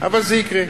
אבל זה יקרה.